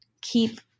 keep